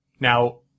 Now